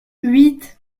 huit